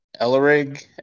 Ellerig